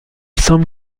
semble